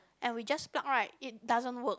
and we just plug right it doesn't work